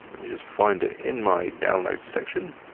i mean just find it in my downloads section.